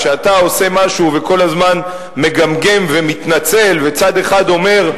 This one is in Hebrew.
כשאתה עושה משהו וכל הזמן מגמגם ומתנצל וצד אחד אומר,